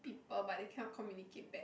people but they cannot communicate back